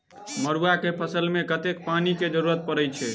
मड़ुआ केँ फसल मे कतेक पानि केँ जरूरत परै छैय?